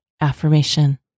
AFFIRMATION